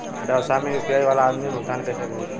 व्यवसाय में यू.पी.आई वाला आदमी भुगतान कइसे करीं?